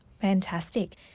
Fantastic